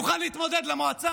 יוכל להתמודד למועצה.